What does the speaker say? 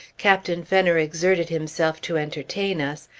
captain fenner exerted himself to entertain us,